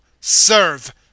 serve